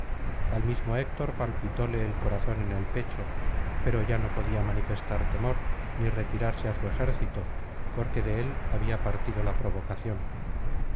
al mismo héctor palpitóle el corazón en el pecho pero ya no podía manifestar temor ni retirarse á su ejército porque de él había partido la provocación